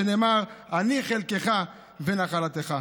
שנאמר 'אני חלקך ונחלתך'."